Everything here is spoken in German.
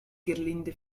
gerlinde